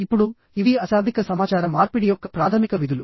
ఇప్పుడు ఇవి అశాబ్దిక సమాచార మార్పిడి యొక్క ప్రాథమిక విధులు